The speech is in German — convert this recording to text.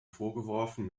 vorgeworfen